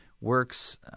works